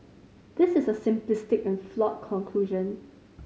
this is a simplistic and flawed conclusion